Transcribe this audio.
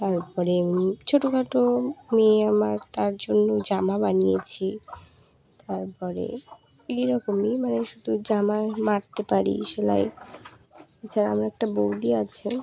তারপরে এমনি ছোটো খাটো মেয়ে আমার তার জন্য জামা বানিয়েছে তারপরে এই রকমই মানে শুধু জামা মারতে পারি সেলাই ছাড়া আমার একটা বৌদি আছে